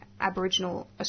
Aboriginal